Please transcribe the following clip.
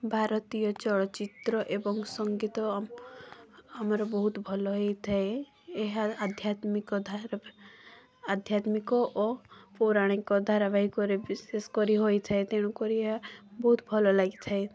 ଭାରତୀୟ ଚଳଚ୍ଚିତ୍ର ଏବଂ ସଙ୍ଗୀତ ଆମର ବହୁତ ଭଲ ହେଇଥାଏ ଏହା ଆଧ୍ୟାତ୍ମିକ ଧାରାବାହି ଆଧ୍ୟାତ୍ମିକ ଓ ପୌରାଣିକ ଧାରାବାହିକ ରେ ବିଶେଷ କରି ହୋଇଥାଏ ତେଣୁ କରି ଏହା ବହୁତ ଭଲ ଲାଗିଥାଏ